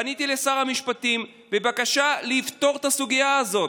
פניתי לשר המשפטים בבקשה לפתור את הסוגיה הזאת,